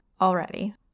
already